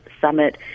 summit